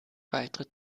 weitere